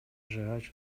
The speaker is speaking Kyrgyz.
жыгач